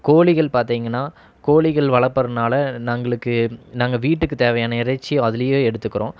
கோழிகள் பார்த்தீங்கன்னா கோழிகள் வளர்ப்பறனால நாங்களுக்கு நாங்கள் வீட்டுக்கு தேவையான இறைச்சி அதிலேயே எடுத்துக்கிறோம்